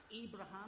Abraham